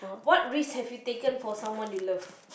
what risk have you taken for someone you love